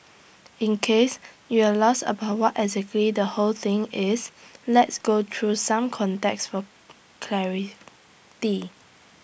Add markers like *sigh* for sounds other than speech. *noise* in case you're lost about what exactly the whole thing is let's go through some context for clarity